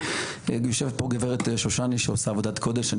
יושבת כאן גברת שושני שעושה עבודת קודש,